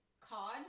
cod